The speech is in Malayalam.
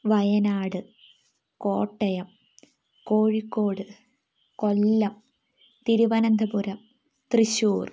വയനാട് കോട്ടയം കോഴിക്കോട് കൊല്ലം തിരുവനന്തപുരം തൃശ്ശൂർ